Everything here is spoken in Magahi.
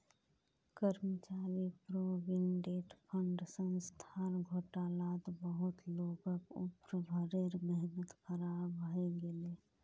कर्मचारी प्रोविडेंट फण्ड संस्थार घोटालात बहुत लोगक उम्र भरेर मेहनत ख़राब हइ गेले